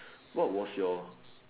what was your